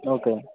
okay